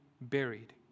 buried